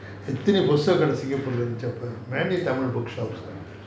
எத்தின புத்தகங்கள் இருந்துச்சி:ethina puthagagal irunthuchi singapore lah many book shops